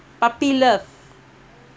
puppy love